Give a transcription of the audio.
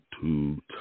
two